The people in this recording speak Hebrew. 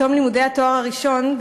בתום לימודי התואר הראשון,